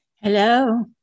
Hello